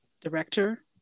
director